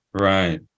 Right